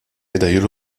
médailles